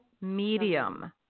medium